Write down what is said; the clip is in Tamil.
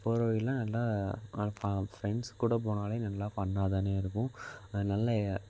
போகிற வழியில் நல்லா ஃப்ரெண்ட்ஸ் கூட போனாலே நல்லா ஃபன்னாக தானே இருக்கும் அதனாலே